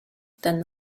than